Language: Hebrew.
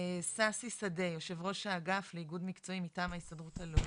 אני אשמח בהמשך לשמוע את ההתייחסות שלך לכלל הנקודות שעולות,